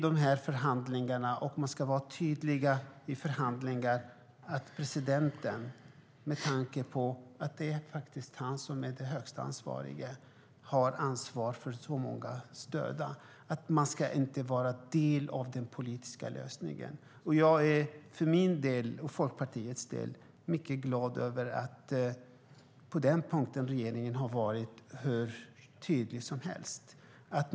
Man ska vara tydlig i förhandlingarna med att presidenten, som är den högste ansvarige och bär ansvaret för så många människors död, inte ska vara en del av den politiska lösningen. Jag är för min och Folkpartiets del mycket glad över att regeringen på den punkten har varit hur tydlig som helst.